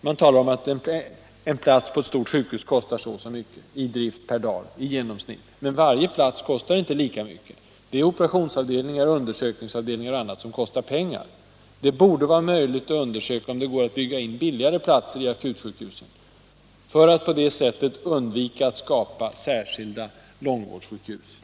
Man talar om att en plats på ett stort sjukhus i genomsnitt kostar så och så mycket per dag i drift. Men varje plats kostar inte lika mycket. Det är operationsavdelningar, undersökningsavdelningar och annat som kostar pengar. Det borde vara möjligt att bygga in billigare platser på akutsjukhusen, för att på det sättet undvika att skapa särskilda långvårdssjukhus.